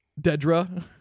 Dedra